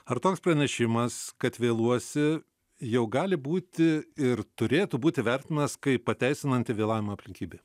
ar toks pranešimas kad vėluosi jau gali būti ir turėtų būti vertinamas kaip pateisinanti vėlavimo aplinkybė